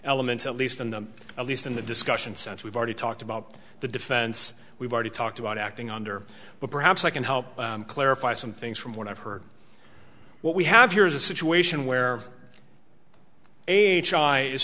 elements at least and i'm at least in the discussion since we've already talked about the defense we've already talked about acting under but perhaps i can help clarify some things from what i've heard what we have here is a situation where